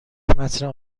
متن